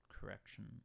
Correction